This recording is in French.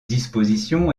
disposition